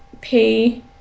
pay